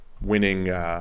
winning